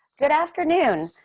good afternoon.